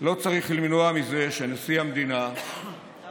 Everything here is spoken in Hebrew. לא צריך למנוע את זה שנשיא המדינה יטיל